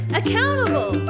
accountable